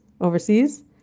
overseas